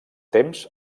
temps